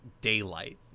Daylight